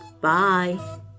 Bye